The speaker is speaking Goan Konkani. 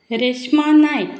रेश्मा नायक